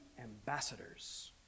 ambassadors